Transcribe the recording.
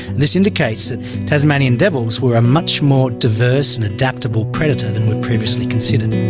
this indicates that tasmanian devils were a much more diverse and adaptable predator than were previously considered.